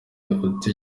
uta